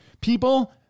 people